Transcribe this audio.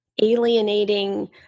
alienating